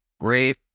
great